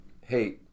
hey